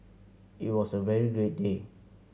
it was a very great day